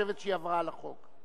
את חושבת שהיא עברה על החוק.